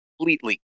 completely